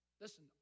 Listen